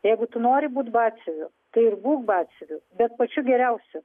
jeigu tu nori būt batsiuviu tai ir būk batsiuviu bet pačiu geriausiu